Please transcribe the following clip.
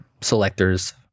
selectors